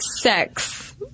sex